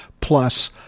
plus